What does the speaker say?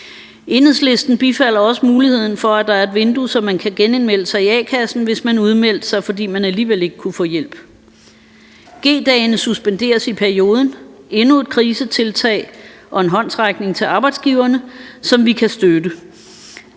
Enhedslisten bifalder også muligheden for, at der er et vindue, så man kan genindmelde sig i a-kassen, hvis man meldte sig ud, fordi man alligevel ikke kunne få hjælp. G-dagene suspenderes i perioden. Det er endnu et krisetiltag og en håndsrækning til arbejdsgiverne, som vi kan støtte.